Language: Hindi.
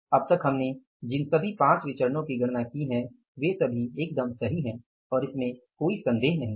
अब तक हमने जिन सभी पांच विचरणो की गणना की है वे सभी सही हैं और इसमें कोई संदेह नहीं है